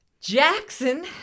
Jackson